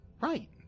right